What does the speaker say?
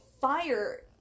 fire